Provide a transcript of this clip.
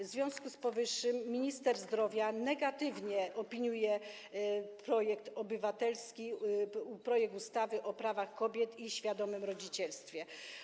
W związku z powyższym minister zdrowia negatywnie opiniuje obywatelski projekt ustawy o prawach kobiet i świadomym rodzicielstwie.